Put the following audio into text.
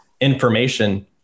information